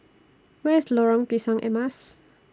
Where IS Lorong Pisang Emas